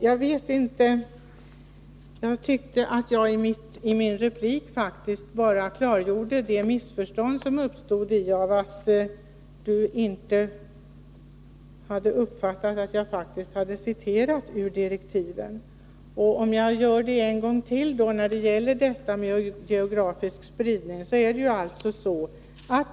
Jag tyckte, Karl Boo, att jag i min replik bara klargjorde det missförstånd som uppstått genom att Karl Boo inte hade uppfattat att jag hade citerat ur direktiven. Låt mig en gång till återge vad som anförs när det gäller geografisk spridning.